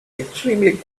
extremely